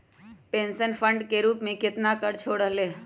Pension fund के रूप में कितना खर्च हो रहले है?